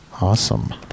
awesome